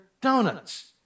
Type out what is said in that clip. donuts